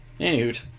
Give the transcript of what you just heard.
Anywho